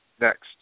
next